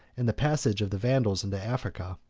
and the passage of the vandals into africa,